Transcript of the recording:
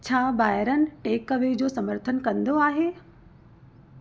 छा बायरनि टेकअवे जो समर्थन कंदो आहे